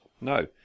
no